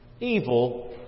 evil